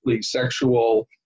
sexual